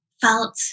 felt